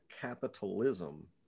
capitalism